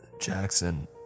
Jackson